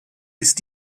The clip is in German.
ist